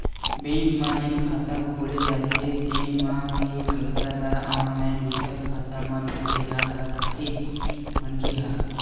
bank म जेन खाता खोले जाथे तेन म के पइसा ल ऑनलाईन दूसर खाता म भेजे जा सकथे मनखे ह